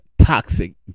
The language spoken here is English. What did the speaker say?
toxic